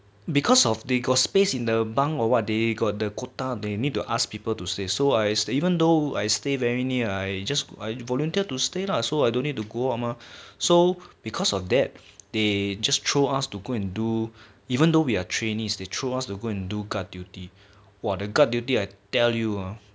because of they got space in the bunk or what they got the quota they need to ask people to stay so I even though I stay very near I just volunteer to stay lah so I don't need to go out mah so because of that they just throw us to go and do even though we are trainees to throw us go and do guard duty !wah! the guard duty I tell you